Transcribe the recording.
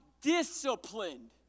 disciplined